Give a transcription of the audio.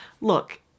Look